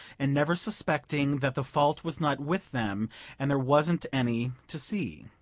and never suspecting that the fault was not with them and there wasn't any to see.